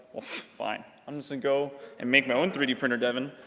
well, fine. i'm just gonna go and make my own three d printer, devin,